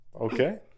Okay